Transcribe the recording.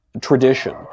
tradition